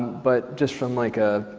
but just from like a